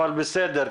אבל בסדר.